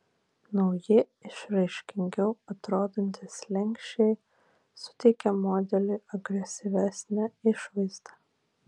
nauji išraiškingiau atrodantys slenksčiai suteikia modeliui agresyvesnę išvaizdą